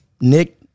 Nick